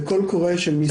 בקול קורא של משרד התחבורה.